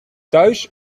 thuis